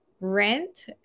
rent